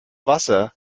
wasser